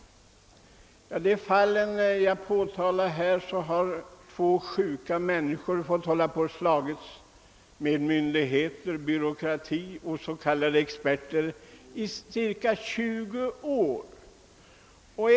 I de fall jag påtalar i motionen har två sjuka människor i cirka 20 år fått slåss mot myndigheter, byråkrati och s.k. experter.